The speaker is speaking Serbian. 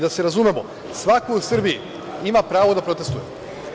Da se razumemo svako u Srbiji ima pravo da protestvuje.